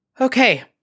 Okay